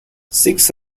six